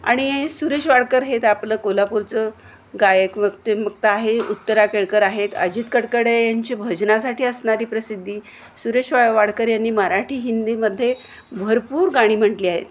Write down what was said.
आणि सुरेश वाडकर हे तर आपलं कोल्हापूरचं गायक मग ते मग तर आहे उत्तरा केळकर आहेत अजित कडकडे यांची भजनासाठी असणारी प्रसिद्धी सुरेश वा वाडकर यांनी मराठी हिंदीमध्ये भरपूर गाणी म्हटली आहेत